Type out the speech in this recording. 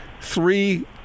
three